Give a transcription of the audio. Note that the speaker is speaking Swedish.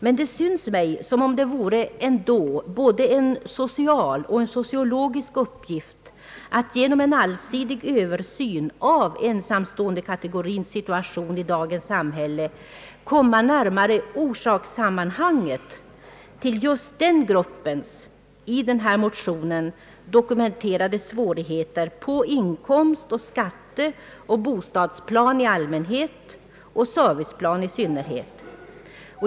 Men det synes mig som om det ändå vore en både social och sociologisk uppgift att genom en allsidig översyn av ensamståendekategorins situation i dagens samhälle komma närmare orsakssammanhanget beträffande just denna grupps i motionen dokumenterade svårigheter på inkomst-, skatteoch bostadsplanet i allmänhet och serviceplanet i synnerhet.